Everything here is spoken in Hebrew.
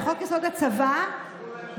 לחוק-יסוד: הצבא,